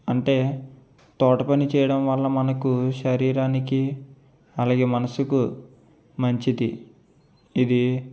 అంటే తోటపని చేయడం వల్ల మనకు శరీరానికి అలాగే మనస్సుకు మంచిది ఇది